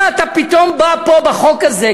מה אתה פתאום בא פה בחוק הזה,